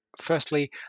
Firstly